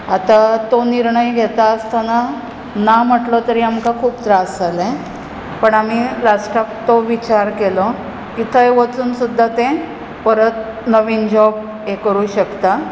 आतां तो निर्णय घेता आसतना ना म्हटलो तरी आमकां खूब त्रास जालें पण आमी लास्टाक तो विचार केलो की थंय वचून सुद्दां तें परत नवीन जोब करूंक शकता